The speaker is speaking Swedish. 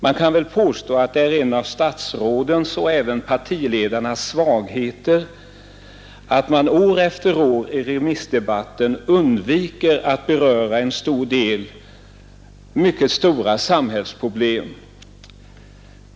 Man kan väl påstå att det är en av statsrådens och även partiledarnas svagheter att de år efter år i remissdebatten undviker att beröra en del mycket stora samhällsproblem.